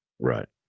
Right